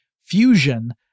Fusion